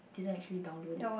didn't actually download it